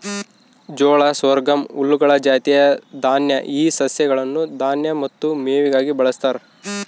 ಜೋಳ ಸೊರ್ಗಮ್ ಹುಲ್ಲುಗಳ ಜಾತಿಯ ದಾನ್ಯ ಈ ಸಸ್ಯಗಳನ್ನು ದಾನ್ಯ ಮತ್ತು ಮೇವಿಗಾಗಿ ಬಳಸ್ತಾರ